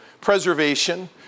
preservation